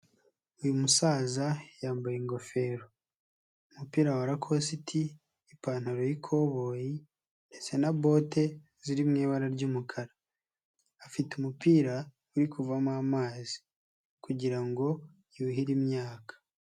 Uyu musaza yambaye ingofero, umupira wa rakositi, ipantaro y'ikoboyi ndetse na bote ziri mu ibara ry'umukara, afite umupira uri kuvamo amazi kugira ngo yuhire imyaka.